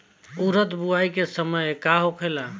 उरद बुआई के समय का होखेला?